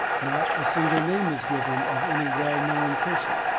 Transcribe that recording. not a single name is given of any well-known person,